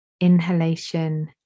inhalation